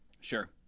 Sure